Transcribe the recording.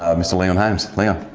um mister leon holmes. leon,